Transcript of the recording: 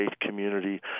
community